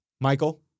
Michael